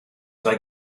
sei